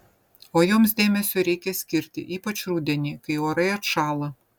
o joms dėmesio reikia skirti ypač rudenį kai orai atšąla